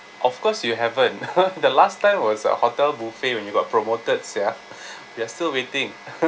of course you haven't the last time was a hotel buffet when you got promoted sia we are still waiting